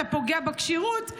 אתה פוגע בכשירות.